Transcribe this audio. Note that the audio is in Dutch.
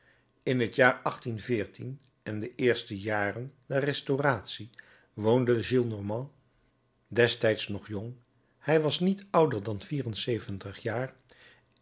in het jaar en de eerste jaren der restauratie woonde gillenormand destijds nog jong hij was niet ouder dan vier en zeventig jaar in